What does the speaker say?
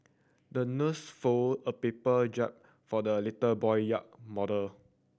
the nurse folded a paper jar for the little boy yacht model